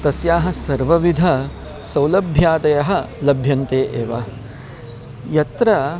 तस्याः सर्वविधसौलभ्यादयः लभ्यन्ते एव यत्र